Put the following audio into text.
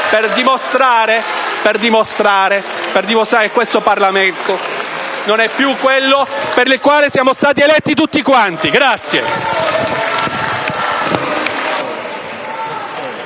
Gruppo PdL)* che questo Parlamento non è più quello per il quale siamo stati eletti tutti quanti.